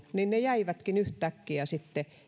jäivätkin yhtäkkiä sitten